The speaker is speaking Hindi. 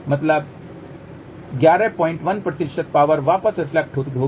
मतलब 111 पावर वापस रिफ्लेक्टेड होगी